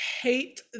hate